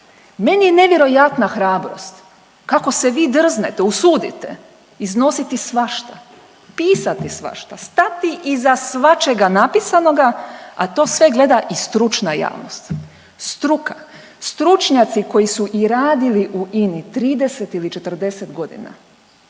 meni je nevjerojatna hrabrost kako se vi drznete, usudite iznositi svašta, pisati svašta, stati iz svačega napisanoga, a to sve gleda i stručna javnost, struka. Stručnjaci i koji su radili u INA-i 30 ili 40 godina